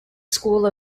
school